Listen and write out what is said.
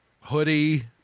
hoodie